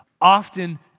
often